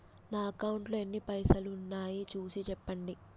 నా అకౌంట్లో ఎన్ని పైసలు ఉన్నాయి చూసి చెప్పండి?